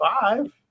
five